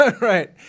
Right